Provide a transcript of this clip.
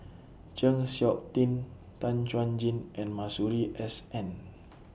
Chng Seok Tin Tan Chuan Jin and Masuri S N